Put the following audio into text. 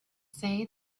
say